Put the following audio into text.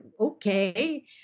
okay